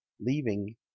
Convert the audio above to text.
leaving